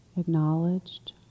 acknowledged